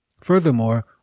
Furthermore